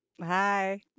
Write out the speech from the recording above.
Hi